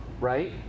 right